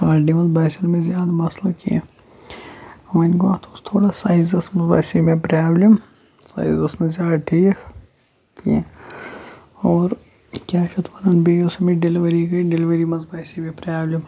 quality منٛز باسیو نہٕ مےٚ زیادٕ مسلہٕ کینٛہہ وۄنۍ گوٚو اَتھ اس تھوڑا سایزَس منٛز باسے مےٚ پرٛابلِم سایز اوس نہٕ زیادٕ ٹھیٖک کینٛہہ اور کیٛاہ چھِ اَتھ وَنان بیٚیہِ یۄس اَمِچ ڈِلِؤری گٔے ڈِلِؤری منٛز باسے مےٚ پرٛابلِم